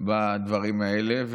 בדברים האלה.